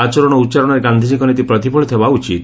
ଆଚରଣ ଓ ଉଚାରଣରେ ଗାନ୍ଧିଜୀଙ୍କ ନୀତି ପ୍ରତିଫଳିତ ହେବା ଉଚିତ